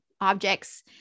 objects